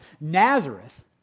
Nazareth